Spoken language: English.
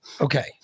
Okay